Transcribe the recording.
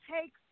takes